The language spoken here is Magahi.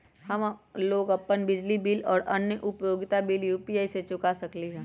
हम लोग अपन बिजली बिल और अन्य उपयोगिता बिल यू.पी.आई से चुका सकिली ह